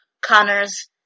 Connor's